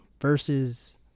versus